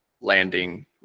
landing